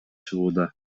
чыгууда